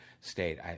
state